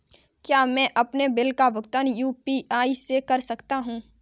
क्या मैं अपने बिल का भुगतान यू.पी.आई से कर सकता हूँ?